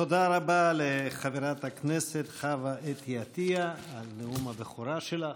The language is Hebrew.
תודה רבה לחברת הכנסת חוה אתי עטייה על נאום הבכורה שלה.